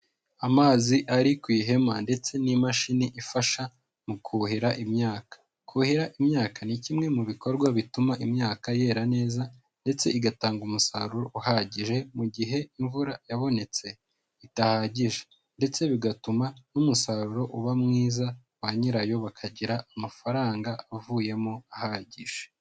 Amazi ari ku ihema ndetse n'imashini ifasha mu kuhira imyaka. Kuhira imyaka ni kimwe mu bikorwa bituma imyaka yera neza ndetse igatanga umusaruro uhagije mu gihe imvura yabonetse idahagije, ndetse bigatuma n'umusaruro uba mwiza ba nyirayo bakagira amafaranga avuyemo ahagije.